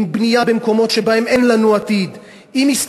עם בנייה במקומות שבהם אין לנו עתיד,